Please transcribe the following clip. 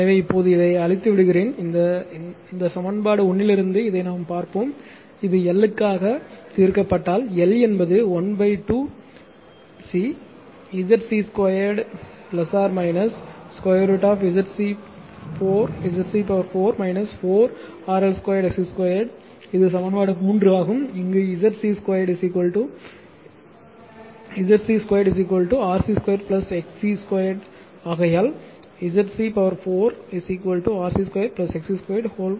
எனவே இப்போது இதை அழித்து விடுகிறேன் இந்த இந்த சமன்பாடு 1 இலிருந்து இதை நாம் பார்ப்போம் இது L க்காக தீர்க்கப்பட்டால் L என்பது 1 2 சி அடைப்புக்குறிக்குள் ZC 2 √ ZC 4 4 RL 2 XC 2 இது சமன்பாடு 3 ஆகும் இங்கு ZC 2 ZC 2 RC 2 XC 2 ஆகையால் ZC 4 RC 2 XC 2 2